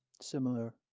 similar